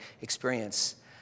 experience